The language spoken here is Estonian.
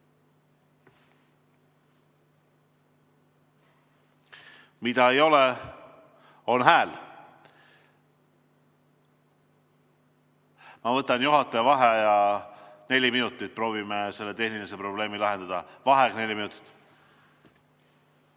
Mida ei ole, on hääl. Ma võtan juhataja vaheaja neli minutit, proovime selle tehnilise probleemi lahendada. Vaheaeg neli minutit.V